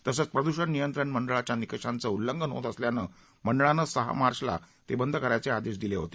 तसंच प्रदूषण नियंत्रण मंडळाच्या निकषांचं उल्लंघन होत असल्यानं मंडळानं सहा मार्चला ते बंद करायचे आदेश दिले होते